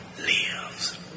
lives